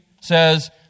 says